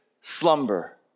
slumber